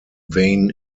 vain